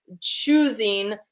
choosing